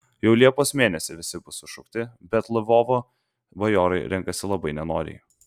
jau liepos mėnesį visi bus sušaukti bet lvovo bajorai renkasi labai nenoriai